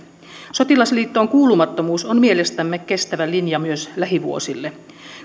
sotilasliittoon kuulumattomuus on mielestämme kestävä linja myös lähivuosille